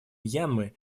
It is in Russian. мьянмы